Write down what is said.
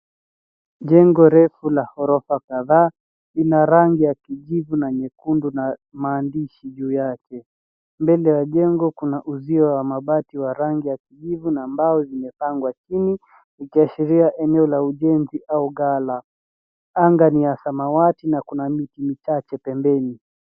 Jengo refu ya ghorofa kadhaa ina rangi ya kijivu na nyekundu na maandishi juu yake. Mbele ya jengo kuna uzio wa mabati ya rangi kijivu na mbao yenye imepangwa chini ikiashiria eneo la ujenzi au ghala. Anga mi ya samawati na kuna miti michache pembeni.